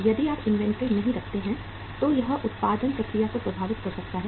यदि आप इन्वेंट्री नहीं रखते हैं तो यह उत्पादन प्रक्रिया को प्रभावित कर सकता है